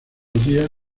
días